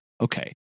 okay